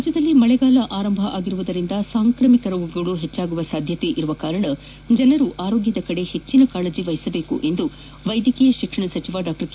ರಾಜ್ಯದಲ್ಲಿ ಮಳೆಗಾಲ ಆರಂಭವಾಗಿರುವುದರಿಂದ ಸಾಂಕ್ರಾಮಿಕ ರೋಗಗಳು ಹೆಚ್ಚಾಗುವ ಸಾಧ್ಯತೆ ಇರುವುದರಿಂದ ಜನರು ಆರೋಗ್ಯದ ಕಡೆ ಹೆಚ್ಚಿನ ಕಾಳಜಿ ವಹಿಸಬೇಕು ಎಂದು ವೈದ್ಯಕೀಯ ಶಿಕ್ಷಣ ಸಚಿವ ಡಾ ಕೆ